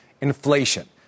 inflation